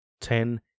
ten